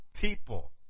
people